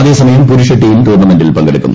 അതേസമയം പുരുഷ ടീം ടൂർണമെന്റിൽ പങ്കെടുക്കും